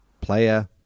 Player